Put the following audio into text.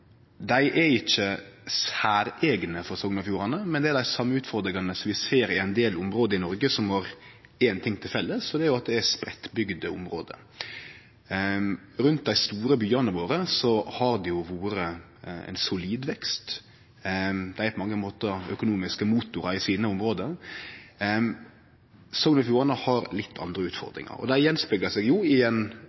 Dei er ikkje særeigne for Sogn og Fjordane, men det er dei same utfordringane som vi ser i ein del område i Noreg som har éin ting til felles, og det er at det er spreiddbygde område. Rundt dei store byane våre har det vore ein solid vekst, dei er på mange måtar økonomiske motorar i sine område. Sogn og Fjordane har litt andre utfordringar, og dei kjem til syne ved ein låg til nesten ikkje-eksisterande vekst i